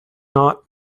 not